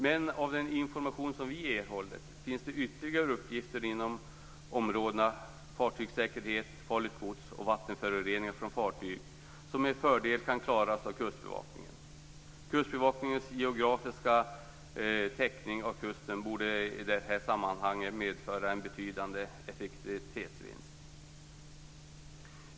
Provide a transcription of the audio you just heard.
Det framgår av den information som vi erhållit att det finns ytterligare uppgifter inom områdena fartygssäkerhet, farligt gods och vattenförorening från fartyg som med fördel kan klaras av Kustbevakningen. Kustbevakningens geografiska täckning av kusten borde i detta sammanhang medföra en betydande effektivitetsvinst.